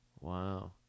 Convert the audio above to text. Wow